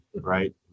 right